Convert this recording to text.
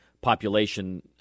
population